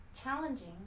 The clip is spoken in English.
challenging